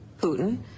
Putin